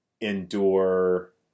endure